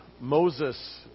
Moses